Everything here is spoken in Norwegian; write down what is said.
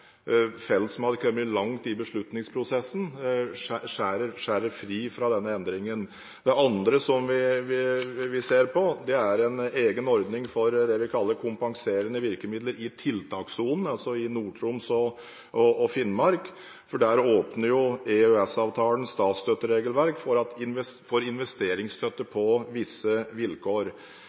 selskaper som hadde kommet langt i beslutningsprosessen, skjærer fri fra denne endringen. Det andre som vi ser på, er en egen ordning for det vi kaller «kompenserende virkemidler innen tiltakssonen», altså for Nord-Troms og Finnmark, for der åpner jo EØS-avtalens statsstøtteregelverk for investeringsstøtte på visse vilkår.